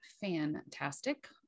fantastic